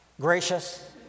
gracious